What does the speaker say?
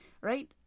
right